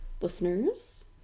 listeners